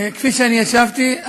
כפי שהשבתי,